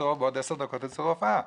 שבעוד עשר דקות יש לו תור לרופאה.